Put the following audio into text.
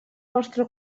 vostre